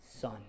Son